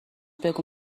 بگو